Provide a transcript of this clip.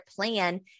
plan